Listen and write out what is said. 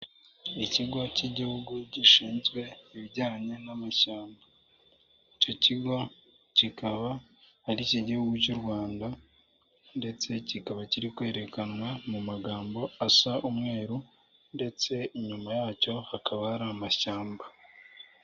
Ikigo k'igihugu gishinzwe ibijyanye n'amashamba icyo kigo kikaba ari ik'igihugu cy'u Rwanda ndetse kikaba kirikwerekanwa mu magambo asa umweru ndetse inyuma yacyo hakaba hari amashyamba.